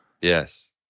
Yes